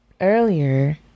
earlier